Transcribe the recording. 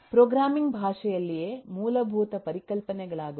programming ಭಾಷೆಯಲ್ಲಿಯೇ ಮೂಲಭೂತ ಪರಿಕಲ್ಪನೆಗಳಾಗುತ್ತವೆ